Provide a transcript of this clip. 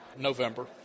November